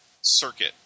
circuit